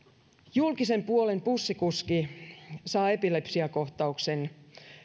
julkisen puolen bussikuski saa epilepsiakohtauksen